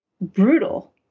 brutal